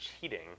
cheating